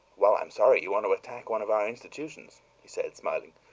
well, i'm sorry you want to attack one of our institutions, he said, smiling.